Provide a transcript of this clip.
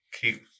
keep